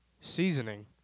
seasoning